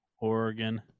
Oregon